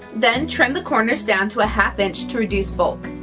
then trim the corners down to a half inch to reduce bulk